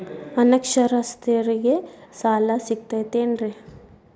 ಅನಕ್ಷರಸ್ಥರಿಗ ಸಾಲ ಸಿಗತೈತೇನ್ರಿ?